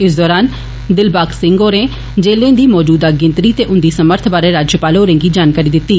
इस दौरान दिलबाग सिंह होरें जेले दी मौजूदा गिनतरी तें औदे समर्थ बारे राज्यपाल होरें गी जानकारी दिती